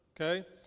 okay